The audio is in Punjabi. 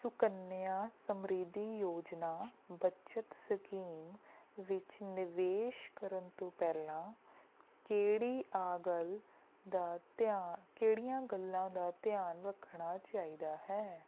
ਸੁਕੰਨਿਆ ਸਮ੍ਰਿਧੀ ਯੋਜਨਾ ਬਚਤ ਸਕੀਮ ਵਿੱਚ ਨਿਵੇਸ਼ ਕਰਨ ਤੋਂ ਪਹਿਲਾਂ ਕਿਹੜੀਆਂ ਗੱਲ ਦਾ ਧਿਆਨ ਕਿਹੜੀਆਂ ਗੱਲਾਂ ਦਾ ਧਿਆਨ ਰੱਖਣਾ ਚਾਹੀਦਾ ਹੈ